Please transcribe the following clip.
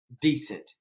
decent